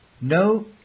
No